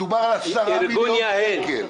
מדובר על עשרה מיליון שקלים.